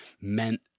meant